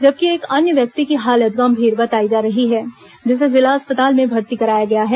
जबकि एक अन्य व्यक्ति की हालत गंभीर बताई जा रही है जिसे जिला अस्पताल में भर्ती कराया गया है